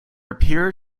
appear